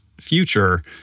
future